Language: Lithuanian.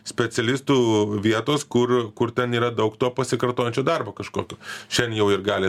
specialistų vietos kur kur ten yra daug to pasikartojančio darbo kažkokio šian jau ir gali